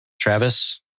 Travis